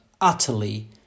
utterly